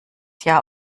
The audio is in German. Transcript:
jahr